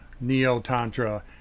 neo-tantra